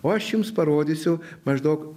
o aš jums parodysiu maždaug